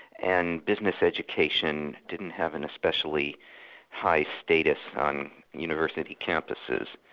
and business education didn't have an especially high status on university campuses.